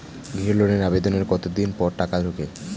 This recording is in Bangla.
গৃহ লোনের আবেদনের কতদিন পর টাকা ঢোকে?